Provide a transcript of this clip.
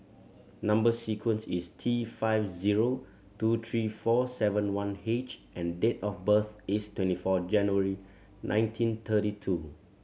number sequence is T five zero two three four seven one H and date of birth is twenty four January nineteen thirty two